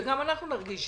ושגם אנחנו נרגיש,